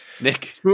Nick